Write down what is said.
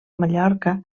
mallorca